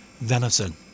venison